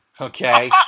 Okay